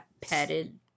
petted